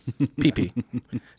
PP